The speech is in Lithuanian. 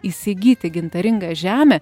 įsigyti gintaringą žemę